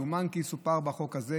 יאומן כי יסופר בחוק הזה.